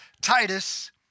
Titus